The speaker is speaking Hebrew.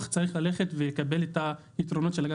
הוא זה שצריך ללכת ולקבל את הפתרונות של הגז.